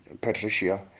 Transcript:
Patricia